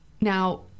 Now